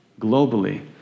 globally